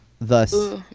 Thus